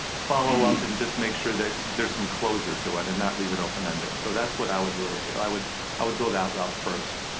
follow-up and just make sure that there's some closure to it, and not leave it open-ended. so that's what i would really do. i would i would go that route first.